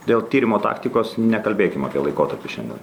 dėl tyrimo taktikos nekalbėkim apie laikotarpį šiandien